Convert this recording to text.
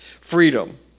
freedom